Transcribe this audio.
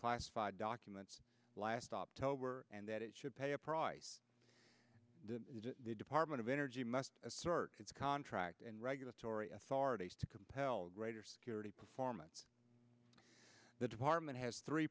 classified documents last october and that it should pay a price that the department of energy must assert its contract and regulatory authorities to compel greater security performance the department has three